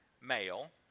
Male